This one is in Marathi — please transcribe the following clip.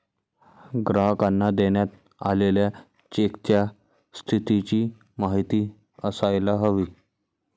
ग्राहकांना देण्यात आलेल्या चेकच्या स्थितीची माहिती असायला हवी